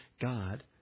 God